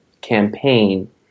campaign